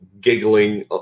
giggling